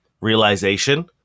realization